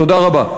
תודה רבה.